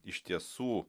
iš tiesų